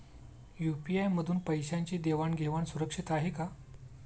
UPI मधून पैशांची देवाण घेवाण सुरक्षित आहे का?